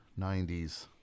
90s